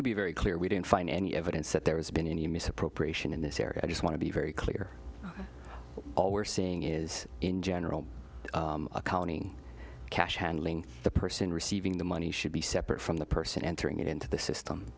to be very clear we didn't find any evidence that there has been any misappropriation in this area i just want to be very clear all we're seeing is in general a colony cash handling the person receiving the money should be separate from the person entering it into the system